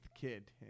kid